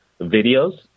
videos